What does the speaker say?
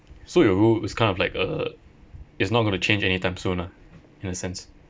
so your rule is kind of like uh it's not going to change anytime soon lah in a sense